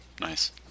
Nice